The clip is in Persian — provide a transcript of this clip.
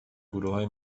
گروههای